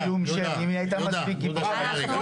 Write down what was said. אם היא הייתה מספיק גיבורה -- אנחנו